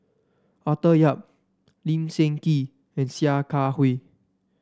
Arthur Yap Lee Seng Tee and Sia Kah Hui